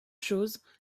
choses